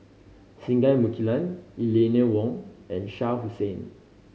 Singai Mukilan Eleanor Wong and Shah Hussain